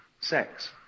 sex